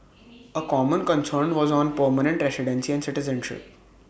A common concern was on permanent residency and citizenship